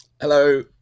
Hello